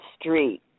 street